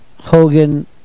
Hogan